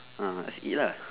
uh just eat lah